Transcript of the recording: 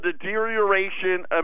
deterioration